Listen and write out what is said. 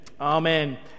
Amen